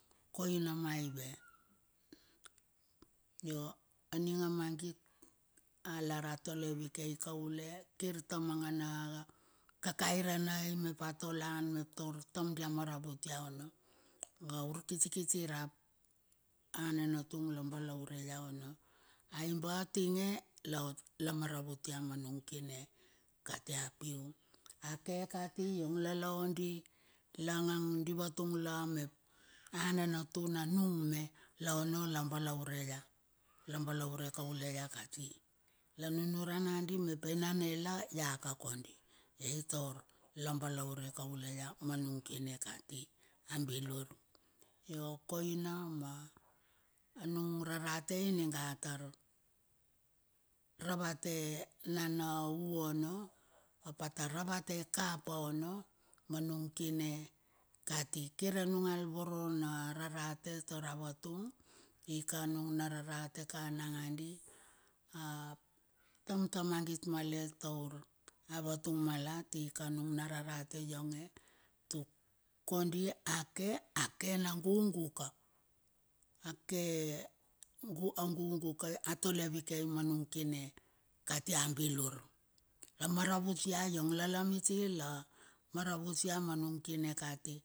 Koina maive ia aning a mangait a lar a tolovikei kaule. Kirta mangana ka kairanai mep a tolan mep taur tam dia maravut ia ono. A urkitikiti rap ana natun la balaure ia ono. Aiba tinge la ot la maravut ia ma nung kine kati apiu. Ake kati iong la la oudi langan di vatung la mep. Ananatuna nung me la ono la balaure ia. Labalaure kaule ia kati, la nunuran nanga di ap enane la ia ka kondi. Ai tor la balaure kaule ia ma nung kine kati a bilur. Io koina ma anung rarate ininga tar ravate nana u ono. Ap atar a ravate kapa ono. Ma nung kine kati kire nungal vorona rarate tar avatung. I kanung nararate ka nanga di. Atamta mangit malet taur avatung malet ika nung ma rarate ionge. Tuk kondi ake ake na gugu ka. Ake gu agugu kai atole vikei ma nun kine kati a bilur. La ma ravutia iong lala miti lamaravut ia manung kine kati.